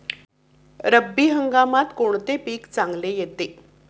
रब्बी हंगामात कोणते पीक चांगले येते?